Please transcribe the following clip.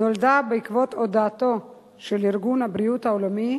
נולדה בעקבות הודעתו של ארגון הבריאות העולמי